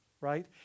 right